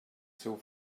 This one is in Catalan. seu